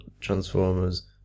Transformers